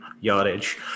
yardage